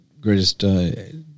greatest